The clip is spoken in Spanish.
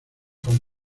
con